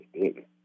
big